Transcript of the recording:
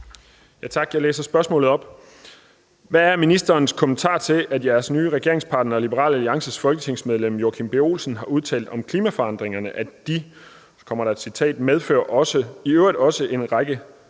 Tak. Jeg læser spørgsmålet op: Hvad er ministerens kommentar til, at jeres nye regeringspartner Liberal Alliances folketingsmedlem Joachim B. Olsen har udtalt om klimaforandringerne, at de »medfører i øvrigt også en lang